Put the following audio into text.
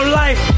life